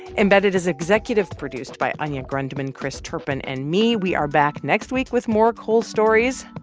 embedded is executive produced by anya grundmann, chris turpin and me. we are back next week with more coal stories.